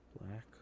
black